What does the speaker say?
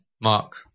Mark